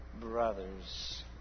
brothers